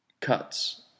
cuts